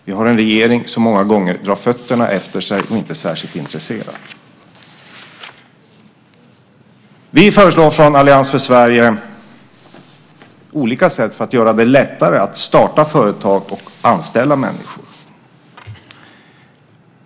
Vi har en regering som många gånger drar fötterna efter sig och inte är särskilt intresserad. Vi från Allians för Sverige föreslår olika sätt att göra det lättare att starta företag och anställa människor.